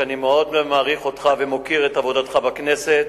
אני מאוד מעריך אותך ומוקיר את עבודתך בכנסת,